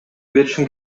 беришим